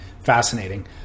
fascinating